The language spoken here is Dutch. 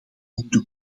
goede